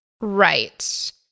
Right